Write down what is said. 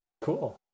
Cool